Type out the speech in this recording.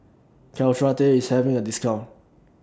Caltrate IS having A discount